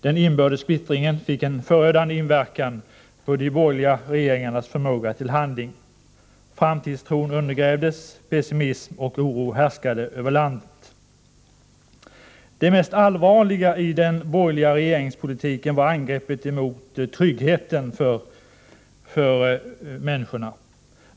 Den inbördes splittringen fick en förödande verkan på de borgerliga regeringarnas förmåga till handling. Framtidstron undergrävdes. Pessimism och oro härskade över landet. Det mest allvarliga i den borgerliga regeringspolitiken var angreppet mot tryggheten för människorna.